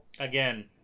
again